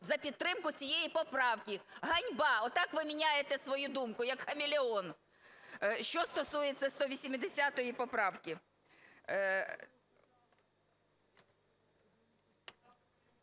за підтримку цієї поправки. Ганьба! Отак ви міняєте свою думку, як хамелеон. Що стосується 180 поправки.